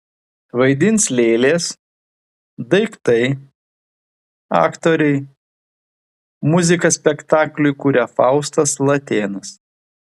vaidins lėlės daiktai aktoriai muziką spektakliui kuria faustas latėnas